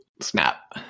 snap